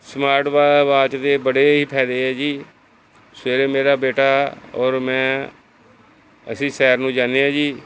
smart ਵਾ watch ਦੇ ਬੜੇ ਹੀ ਫਾਇਦੇ ਆ ਜੀ ਸਵੇਰੇ ਮੇਰਾ ਬੇਟਾ ਔਰ ਮੈਂ ਅਸੀਂ ਸੈਰ ਨੂੰ ਜਾਂਦੇ ਹਾਂ ਜੀ